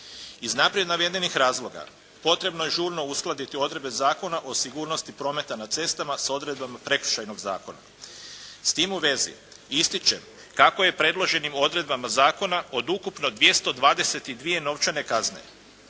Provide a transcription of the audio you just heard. Iz naprijed navedenih razloga potrebno je žurno uskladiti odredbe Zakona o sigurnosti prometa na cestama s odredbama Prekršajnog zakona. S tim u vezi ističem kako je predloženim odredbama zakona od ukupno 222 novčane kazne